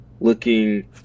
looking